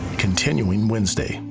continuing wednesday,